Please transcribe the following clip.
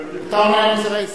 אדוני היושב-ראש,